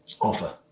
offer